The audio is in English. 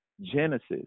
genesis